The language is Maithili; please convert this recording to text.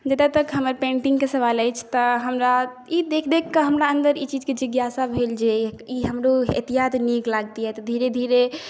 जतऽ तक हमर पेन्टिङ्गके सवाल अछि तऽ हमरा ई देख देखिकऽ हमरा अन्दर ई चीजके जिज्ञासा भेल जे ई हमरो ऐतिए तऽ नीक लागतिए धीरे धीरे